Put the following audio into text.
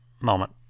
moment